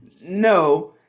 no